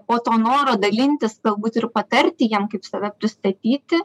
po to noro dalintis galbūt ir patarti jiem kaip save pristatyti